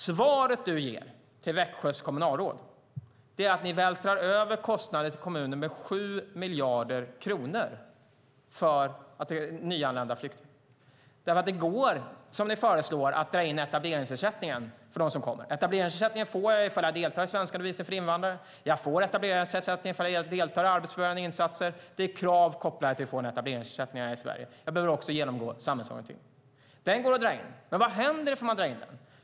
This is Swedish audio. Svaret du ger till Växjös kommunalråd är att ni vältrar över kostnader på 7 miljarder kronor för nyanlända flyktingar till kommuner. Det går att dra in etableringsersättningen för dem som kommer, som ni föreslår. Etableringsersättningen får man för att delta i svenskundervisning för invandrare och för att delta i arbetsförberedande insatser, och det finns krav kopplade till att få en etableringsersättning här i Sverige. Man behöver också genomgå samhällsorientering. Denna ersättning går att dra in. Men vad händer om man drar in den?